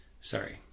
Sorry